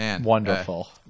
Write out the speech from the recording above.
wonderful